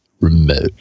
Remote